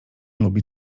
lubi